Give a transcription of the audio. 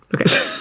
okay